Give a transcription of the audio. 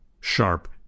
sharp